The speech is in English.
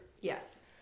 Yes